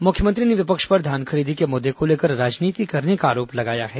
मुख्यमंत्री ने विपक्ष पर धान खरीदी के मुद्दे को लेकर राजनीति करने का आरोप लगाया है